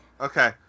Okay